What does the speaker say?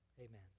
amen